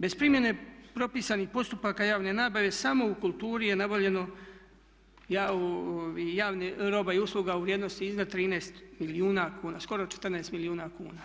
Bez primjene propisanih postupaka javne nabave samo u kulturi je nabavljeno roba i usluga u vrijednosti iznad 13 milijuna kuna, skoro 14 milijuna kuna